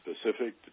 Specific